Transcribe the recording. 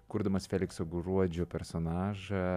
kurdamas felikso gruodžio personažą